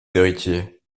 héritiers